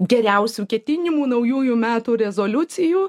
geriausių ketinimų naujųjų metų rezoliucijų